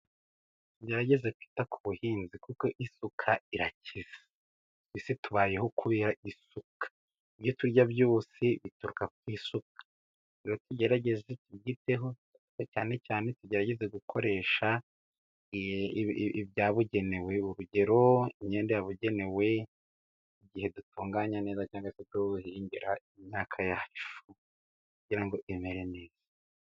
Tugerageze kwita ku buhinzi, kuko isuka irakize. Mu isi tubayeho kubera isuka. Ibyo turya byose bituruka ku isuka. Rero tugerageze tubyiteho, cyane cyane tugerageze gukoresha ibyabugenewe. Urugero imyenda yabugenewe, igihe dutunganya neza cyangwa se duhingira imyaka yacu, kugira ngo imere neza.